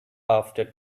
after